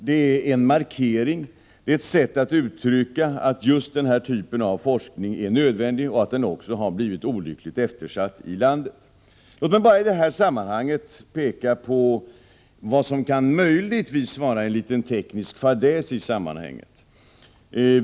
Det är en markering, ett sätt att uttrycka att den här typen av forskning är nödvändig och också att den har blivit olyckligt eftersatt i landet. Låt mig peka på vad som möjligtvis kan vara en liten teknisk fadäs i sammanhanget.